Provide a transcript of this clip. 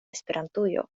esperantujo